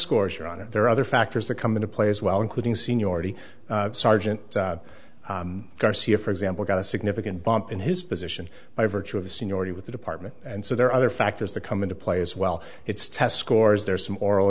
scores you're on it there are other factors that come into play as well including seniority sergeant garcia for example got a significant bump in his position by virtue of seniority with the department and so there are other factors that come into play as well it's test scores there are some oral